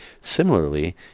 Similarly